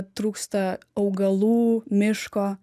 trūksta augalų miško